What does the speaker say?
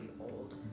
old